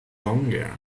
longer